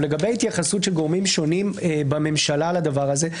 לגבי התייחסות של גורמים שונים בממשלה לדבר הזה,